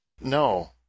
No